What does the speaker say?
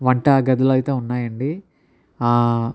వంట గదిలో అయితే ఉన్నాయి అండి